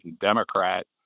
Democrat